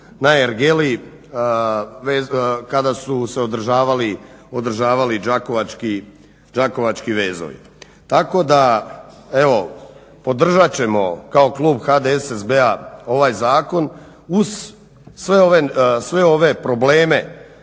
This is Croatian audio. na ergeli kada su se održavali Đakovački vezovi. Tako da evo podržat ćemo kao klub HDSSB-a ovaj zakon uz sve ove probleme.